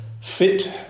fit